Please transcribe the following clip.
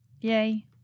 Yay